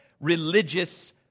religious